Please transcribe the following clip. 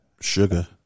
sugar